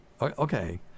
okay